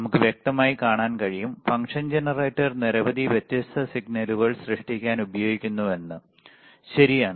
നമുക്ക് വ്യക്തമായി കാണാൻ കഴിയും ഫംഗ്ഷൻ ജനറേറ്റർ നിരവധി വ്യത്യസ്ത സിഗ്നലുകൾ സൃഷ്ടിക്കാൻ ഉപയോഗിക്കുന്നു എന്ന് ശരിയാണ്